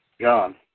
John